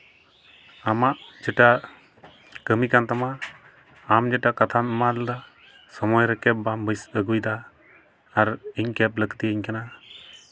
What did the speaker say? ᱟᱢᱟᱜ ᱡᱮᱴᱟ ᱠᱟᱹᱢᱤ ᱠᱟᱱ ᱛᱟᱢᱟ ᱟᱢ ᱡᱮᱴᱟ ᱠᱟᱛᱷᱟᱢ ᱮᱢᱟ ᱞᱮᱫᱟ ᱥᱚᱢᱚᱭ ᱨᱮ ᱠᱮᱵᱽ ᱵᱟᱢ ᱟᱹᱜᱩᱭᱮᱫᱟ ᱟᱨ ᱤᱧ ᱠᱮᱵᱽ ᱞᱟᱹᱠᱛᱤᱭᱟᱹᱧ ᱠᱟᱱᱟ